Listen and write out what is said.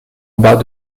bas